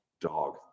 Dog